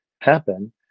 happen